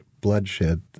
bloodshed